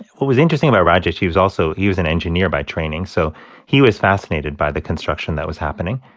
what was interesting about rajesh, he was also he was an engineer by training, so he was fascinated by the construction that was happening.